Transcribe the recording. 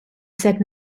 said